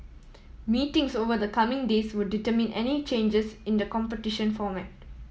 meetings over the coming days would determine any changes in the competition format